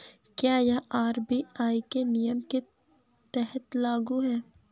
क्या यह आर.बी.आई के नियम के तहत लागू है?